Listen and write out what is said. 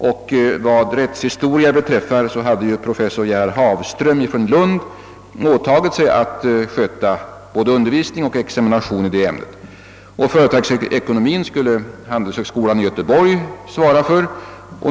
Vad ämnet rättshistoria beträffar hade professor Gerhard Hafström i Lund åtagit sig att ombesörja både undervisning och examination. Företags ekonomien skulle handelshögskolan i Göteborg svara för.